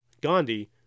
Gandhi